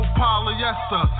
polyester